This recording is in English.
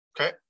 Okay